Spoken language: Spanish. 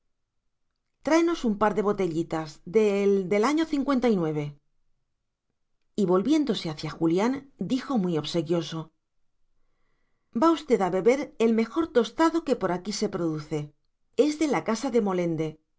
tráenos un par de botellitas de el del año y volviéndose hacia julián dijo muy obsequioso va usted a beber del mejor tostado que por aquí se produce es de la casa de molende